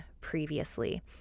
previously